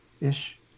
ish